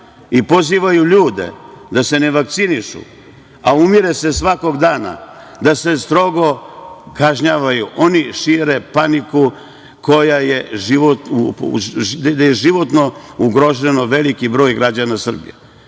i pozivaju ljude da se ne vakcinišu, a umire se svakog dana, strogo kažnjavati. Oni šire paniku gde je životno ugrožen veliki broj građana Srbije.